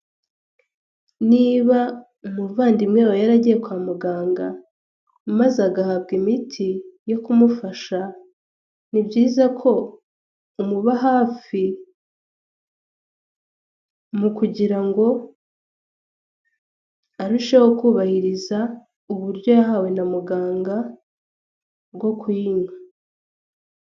Niba umuvandimwe bawe yaragiye kwa muganga maze agahabwa imiti yo kumufasha ni byiza ko umuba hafi mu kugira arusheho kubariza uburyo yahawe na muganga bwo kuyinwa.